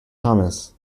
thomas